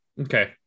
Okay